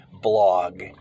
blog